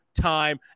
time